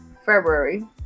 February